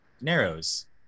Narrows